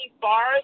bars